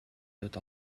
tot